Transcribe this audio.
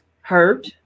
hurt